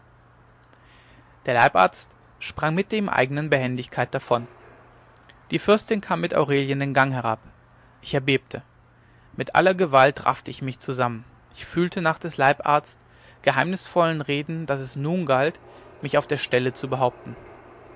der leibarzt sprang mit der ihm eignen behendigkeit davon die fürstin kam mit aurelien den gang herab ich erbebte mit aller gewalt raffte ich mich zusammen ich fühlte nach des leibarztes geheimnisvollen reden daß es nun galt mich auf der stelle zu behaupten